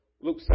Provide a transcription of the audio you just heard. Luke